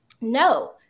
no